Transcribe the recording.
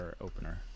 opener